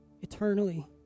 eternally